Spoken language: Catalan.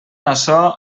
açò